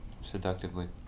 Seductively